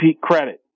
credit